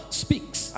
speaks